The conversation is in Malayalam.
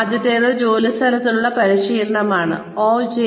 ആദ്യത്തേത് ജോലിസ്ഥലത്തുള്ള പരിശീലനം ആണ് OJT